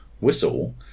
whistle